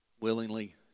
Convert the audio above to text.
willingly